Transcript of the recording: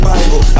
Bible